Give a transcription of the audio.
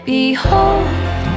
Behold